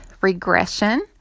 regression